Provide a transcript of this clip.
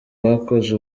bakoze